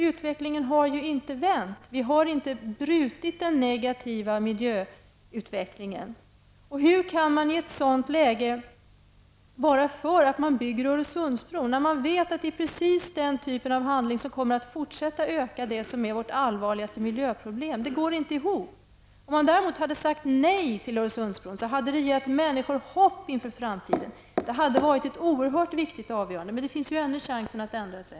Utvecklingen har inte vänt, vi har inte brutit den negativa miljöutvecklingen. Hur kan man i ett sådant läge vara för att Öresundsbron byggs, när man vet att det är precis den typ av handling som kommer att fortsätta att öka det som är vårt allvarligaste miljöproblem? Det går inte ihop. Om man däremot hade sagt nej till Öresundsbron hade det gett människor hopp inför framtiden. Det hade varit ett oerhört viktigt avgörande. Men det finns ännu en chans att ändra sig.